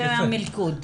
זה המלכוד.